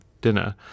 Dinner